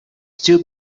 too